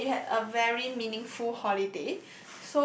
I see that you had a very meaningful holiday